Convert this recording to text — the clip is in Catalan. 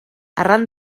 arran